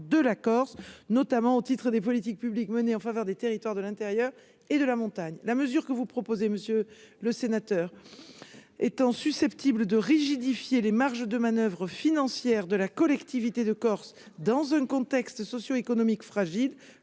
de la Corse, notamment au titre des politiques publiques menées en faveur des territoires de l'intérieur et de la montagne, la mesure que vous proposez, Monsieur le Sénateur, étant susceptible de rigidifier les marges de manoeuvre financières de la collectivité de Corse dans un contexte socio-économique fragile,